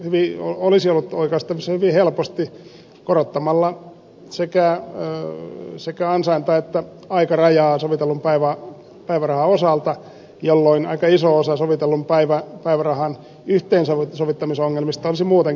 se nimittäin olisi ollut oikaistavissa hyvin helposti korottamalla sekä ansainta että aikarajaa sovitellun päivärahan osalta jolloin aika iso osa sovitellun päivärahan yhteensovittamisongelmista olisi muutenkin poistunut